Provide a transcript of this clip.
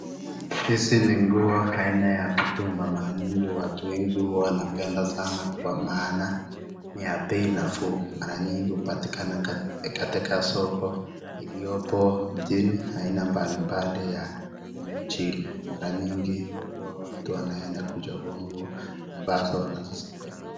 Hizi ni nguo haina ya mitumba mara nyingi watu wengi wanapenda sana kwa maana ni ya bei nafuu. Mara nyingi hupatikana katika soko iliopo chini aina mbalimbali ya humu nchini. Mara nyingi huwa watu wanaenda kuchugua nguo ambazo wanizipenda.